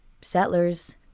settlers